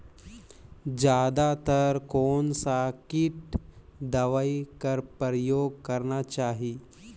जादा तर कोन स किट दवाई कर प्रयोग करना चाही?